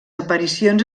aparicions